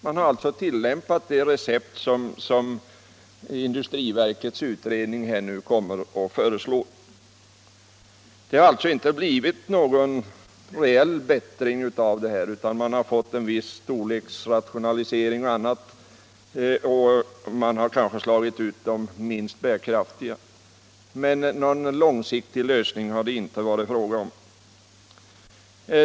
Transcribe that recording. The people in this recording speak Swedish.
Man har med andra ord tillämpat det recept som industriverkets utredning nu föreslår. Det har alltså inte blivit någon reell förbättring för branschen, utan man har fått en viss storleksrationalisering m.m., och man har kanske slagit ut de minst bärkraftiga bruken, men någon långsiktig lösning har det inte varit fråga om.